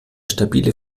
stabile